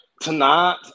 tonight